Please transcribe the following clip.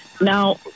Now